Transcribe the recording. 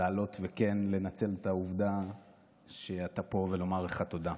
לעלות ולנצל את העובדה שאתה פה, ולומר לך תודה.